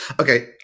Okay